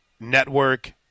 network